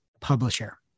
Publisher